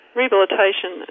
rehabilitation